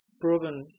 proven